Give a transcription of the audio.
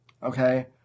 Okay